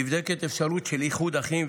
נבדקת אפשרות של איחוד אחים,